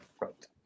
Right